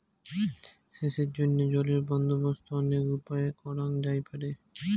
সেচের জইন্যে জলের বন্দোবস্ত অনেক উপায়ে করাং যাইপারে